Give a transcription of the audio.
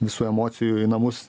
visų emocijų į namus